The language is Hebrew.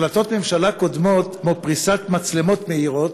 החלטות ממשלה קודמות, כמו פריסת מצלמות מהירות?